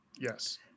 Yes